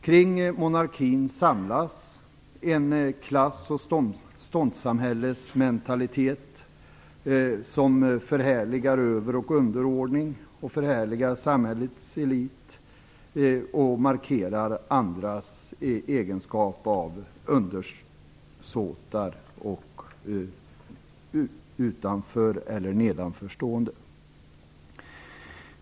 Kring monarkin samlas en klass och ståndssamhällesmentalitet som förhärligar över och underordning, som förhärligar samhällets elit och markerar andras egenskap av undersåtar och utanför eller nedanförstående.